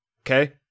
okay